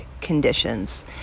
conditions